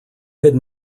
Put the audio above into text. had